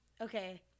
okay